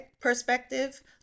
perspective